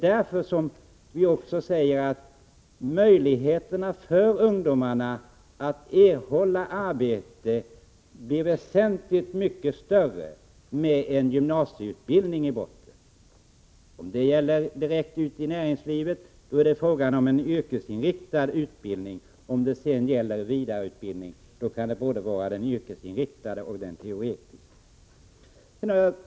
Därför säger vi också att möjligheterna för ungdomarna att erhålla arbete blir väsentligt större med en gymnasieutbildning i botten. För anställning direkt ute i näringslivet fordras en yrkesinriktad utbildning, och gäller det vidareutbildning kan den vara både yrkesinriktad och teoretisk.